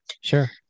sure